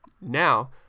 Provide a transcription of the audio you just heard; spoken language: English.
Now